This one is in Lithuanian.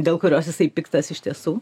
dėl kurios jisai piktas iš tiesų